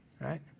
right